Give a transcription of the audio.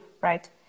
right